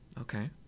okay